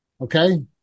okay